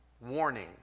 warning